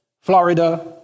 Florida